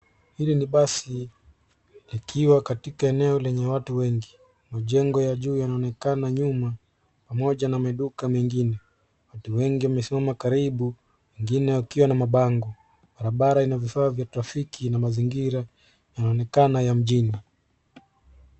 Hili ni basi likiwa katika eneo lenye watu wengi. Majengo ya juu yanaonekana nyuma ,pamoja na maduka mengine .Watu wengi wamesimama karibu wengine wakiwa na mabango..Barabara ina vifaa vya traffiki na mazingira yanaonekana ya mjini.